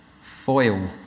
foil